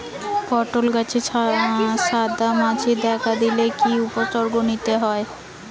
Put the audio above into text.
পটল গাছে সাদা মাছি দেখা দিলে কি কি উপসর্গ নিতে হয়?